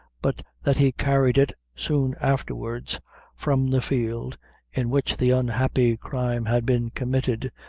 but that he carried it soon afterwards from the field in which the unhappy crime had been committed,